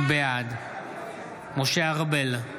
בעד משה ארבל,